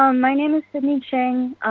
um my name is sydney chang,